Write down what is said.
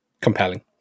compelling